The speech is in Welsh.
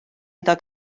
iddo